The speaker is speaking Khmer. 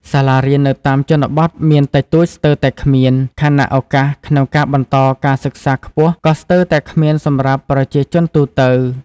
សាលារៀននៅតាមជនបទមានតិចតួចស្ទើរតែគ្មាន ខណៈឱកាសក្នុងការបន្តការសិក្សាខ្ពស់ក៏ស្ទើរតែគ្មានសម្រាប់ប្រជាជនទូទៅ។